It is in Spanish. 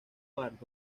park